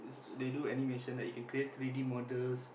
they do animation like you can create three-d models